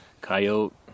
coyote